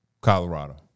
Colorado